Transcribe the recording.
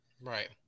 Right